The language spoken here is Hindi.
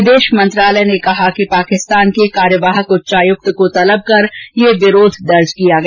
विदेश मंत्रालय ने कहा कि पार्किस्तान के कार्यवाहक उच्चायुक्त को तलब कर यह विरोध दर्ज किया गया